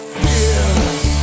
fears